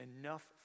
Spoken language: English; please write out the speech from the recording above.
enough